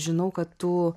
žinau kad tu